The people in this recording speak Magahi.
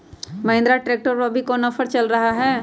महिंद्रा ट्रैक्टर पर अभी कोन ऑफर चल रहा है?